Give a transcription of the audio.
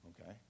Okay